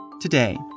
Today